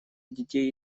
детей